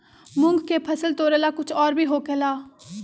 मूंग के फसल तोरेला कुछ और भी होखेला?